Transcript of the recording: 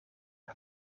aan